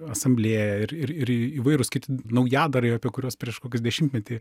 asamblėją ir ir ir įvairūs kiti naujadarai apie kuriuos prieš kokius dešimtmetį